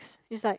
is like